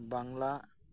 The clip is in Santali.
ᱵᱟᱝᱞᱟ